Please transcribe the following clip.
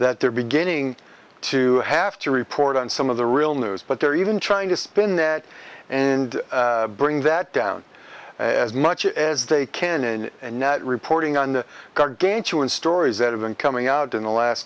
that they're beginning to have to report on some of the real news but they're even trying to spin that and bring that down as much as they can and and not reporting on the gargantuan stories that have been coming out in the last